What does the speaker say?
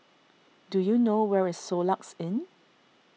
do you know where is Soluxe Inn